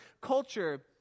culture